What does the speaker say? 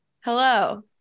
Hello